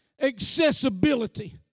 accessibility